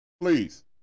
please